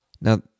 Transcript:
Now